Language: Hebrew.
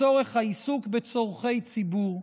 לצורך העיסוק בצורכי ציבור,